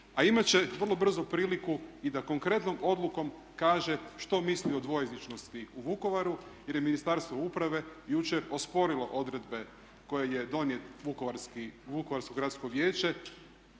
A imat će vrlo brzo priliku i da konkretnom odlukom kaže što misli o dvojezičnosti u Vukovaru jer je Ministarstvo uprave jučer osporilo odredbe koje je donijelo vukovarsko Gradsko vijeće,